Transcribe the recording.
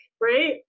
right